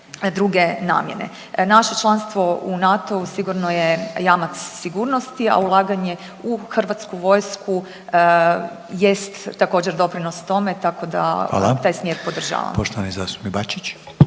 Naše članstvo u NATO-u sigurno je jamac sigurnosti, a ulaganje u Hrvatsku vojsku jest također doprinos tome tako da taj smjer podržavam.